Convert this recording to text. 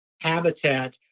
habitat